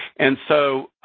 and so,